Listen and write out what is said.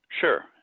Sure